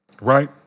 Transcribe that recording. right